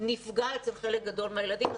נפגע אצל חלק גדול מהילדים.